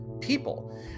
people